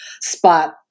spot